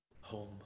home